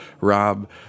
Rob